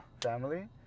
family